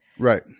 Right